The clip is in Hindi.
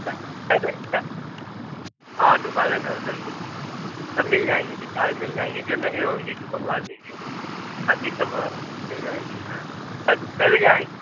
हाँ दुकानें में हैं सर जी सब मिल जाएंगे किताबें मिल जाएंगी जो नहीं होंगी तो मंगवा देंगे बाक़ी सब मिल जाएंगे हाँ कै कै बजे कै बजे आएंगे